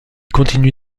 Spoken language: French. continue